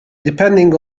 depending